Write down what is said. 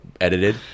edited